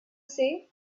say